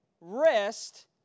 rest